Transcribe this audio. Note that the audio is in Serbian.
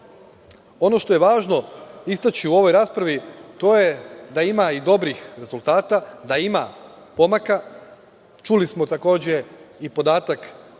što je važno istaći u ovoj raspravi, to je da ima i dobrih rezultata, da ima pomaka. Čuli smo i podatak